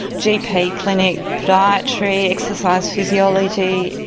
gp clinic, podiatry, exercise physiology,